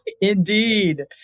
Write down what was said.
Indeed